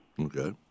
Okay